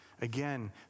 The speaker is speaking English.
Again